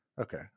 Okay